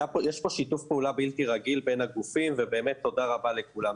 שיש פה שיתוף בלתי רגיל בין הגופים ובאמת תודה רבה לכולם.